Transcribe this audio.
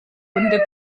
kunde